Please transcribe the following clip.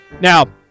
Now